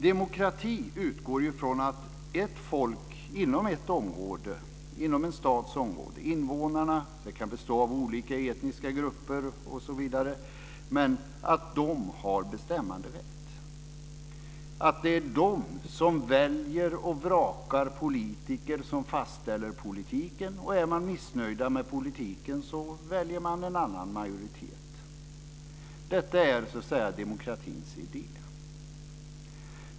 Demokrati utgår ju från att ett folk inom ett område - det kan bestå av olika etniska grupper, osv. - har bestämmanderätt och att det är de som väljer och vrakar politiker som fastställer politiken. Är man missnöjd med politiken väljer man en annan majoritet. Detta är demokratins idé.